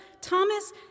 Thomas